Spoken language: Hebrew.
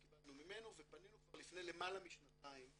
קיבלנו ממנו ופנינו כבר לפני למעלה משנתיים